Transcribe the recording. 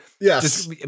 yes